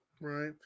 Right